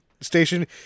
station